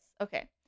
Okay